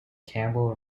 campbell